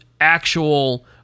actual